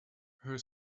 her